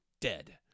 dead